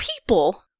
people